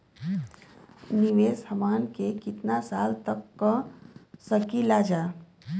निवेश हमहन के कितना साल तक के सकीलाजा?